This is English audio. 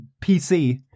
PC